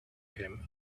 him